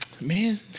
man